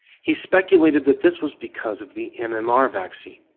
he speculated that this was because of the um and mmr vaccine,